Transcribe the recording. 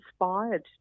inspired